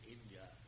India